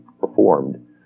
performed